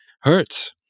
hurts